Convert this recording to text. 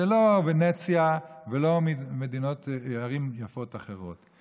זו לא ונציה ולא ערים יפות אחרות,